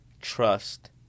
trust